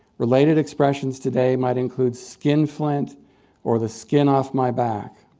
related expressions today might include skinflint or the skin off my back.